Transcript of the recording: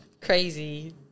Crazy